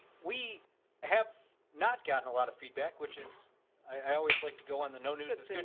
we have not gotten a lot of feedback, which is i always like to go on the no news is and